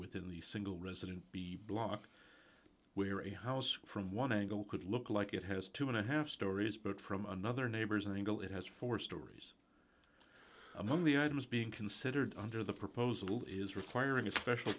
within the single resident be block we are a house from one angle could look like it has two and a half stories but from another neighbor's angle it has four stories among the items being considered under the proposal is requiring a special